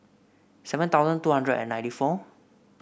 seven thousand two hundred and ninety four